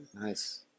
Nice